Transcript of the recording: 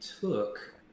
took